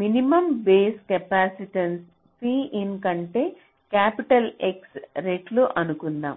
minimum base capacitance Cin కంటే capital X రెట్లు అనుకుందాం